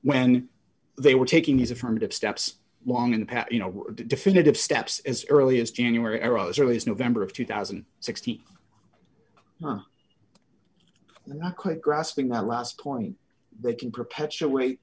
when they were taking these affirmative steps long in the past you know definitive steps as early as january arrow's early as november of two thousand and sixty not quite grasping that last point they can perpetuate